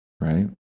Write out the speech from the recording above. right